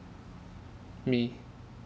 me